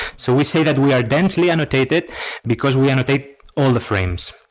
so we say that we are densely annotated because we annotate all the frames.